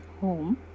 home